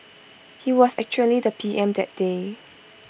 he was actually the P M that day